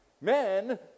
men